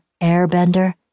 airbender